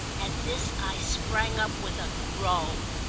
at this i sprang up with a groan.